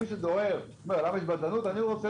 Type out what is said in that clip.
מי ששואל למה יש בדלנות אני רוצה